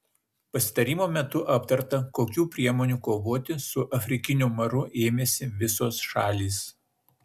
pasitarimo metu aptarta kokių priemonių kovoti su afrikiniu maru ėmėsi visos šalys